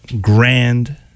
Grand